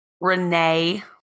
Renee